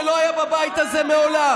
זה לא היה בבית הזה מעולם,